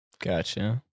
Gotcha